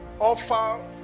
offer